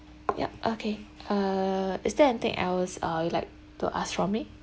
ya okay uh is there else uh you'd like to ask from me